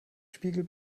spiegel